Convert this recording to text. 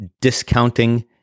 discounting